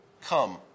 come